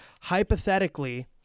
hypothetically